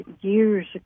years